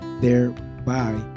thereby